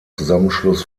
zusammenschluss